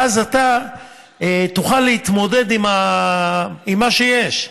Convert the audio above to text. ואז אתה תוכל להתמודד עם מה שיש,